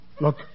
Look